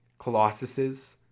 Colossuses